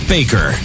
Baker